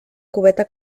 cubeta